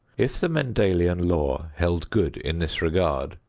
if the mendelian law held good in this regard,